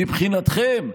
מבחינתכם,